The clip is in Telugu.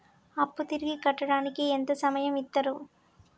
అప్పు తిరిగి కట్టడానికి ఎంత సమయం ఇత్తరు?